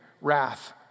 wrath